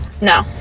No